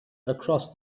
across